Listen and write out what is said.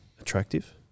attractive